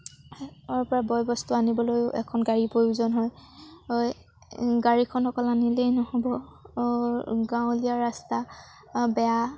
চহৰৰপৰা বয়বস্তু আনিবলৈও এখন গাড়ী প্ৰয়োজন হয় গাড়ীখন অকল আনিলেই নহ'ব গাঁৱলীয়া ৰাস্তা বেয়া